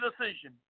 decision